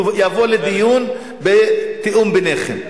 יובא לדיון בתיאום ביניכם.